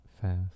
fast